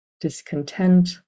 discontent